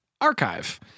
archive